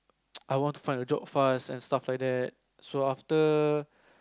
I want find a job fast and stuff like that so after